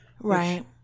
Right